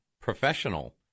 Professional